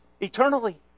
eternally